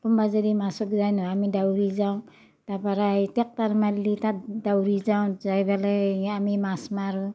কোনোবাই যদি মাছক যায় নহয় আমি ডাউৰি যাওঁ তাৰ পৰাই টেক্টৰ মাৰিলে তাত ডাউৰি যাওঁ যাই পেলাই আমি মাছ মাৰোঁ